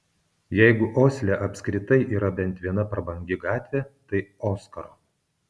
jeigu osle apskritai yra bent viena prabangi gatvė tai oskaro